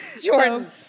Jordan